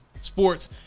Sports